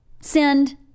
send